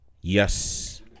Yes